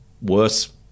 worse